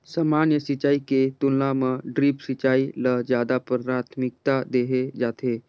सामान्य सिंचाई के तुलना म ड्रिप सिंचाई ल ज्यादा प्राथमिकता देहे जाथे